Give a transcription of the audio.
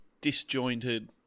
disjointed